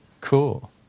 Cool